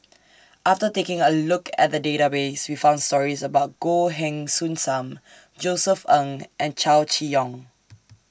after taking A Look At The Database We found stories about Goh Heng Soon SAM Josef Ng and Chow Chee Yong